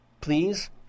Please